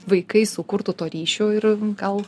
vaikais sukurtų to ryšio ir gal